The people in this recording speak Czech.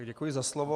Děkuji za slovo.